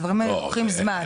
הדברים האלה לוקחים זמן.